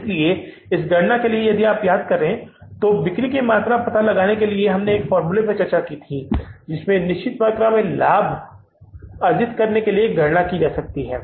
इसलिए इसकी गणना के लिए यदि आप याद करते हैं कि मैंने आपके साथ बिक्री की मात्रा का पता लगाने के फ़ॉर्मूले पर चर्चा की है जिस पर निश्चित मात्रा में लाभ की गणना की जा सकती है या हम काम कर सकते हैं